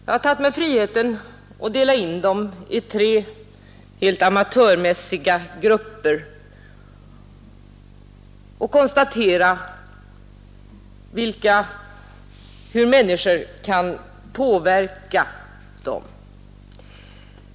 Jag har tagit mig friheten att helt amatörmässigt dela in dem i tre grupper och konstatera hur människor kan påverka dem.